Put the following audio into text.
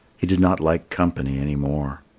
he did not like company any more.